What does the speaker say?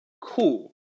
cool